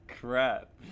crap